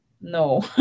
No